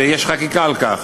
ויש חקיקה על כך,